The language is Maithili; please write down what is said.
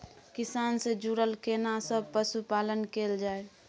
किसान से जुरल केना सब पशुपालन कैल जाय?